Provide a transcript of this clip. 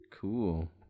Cool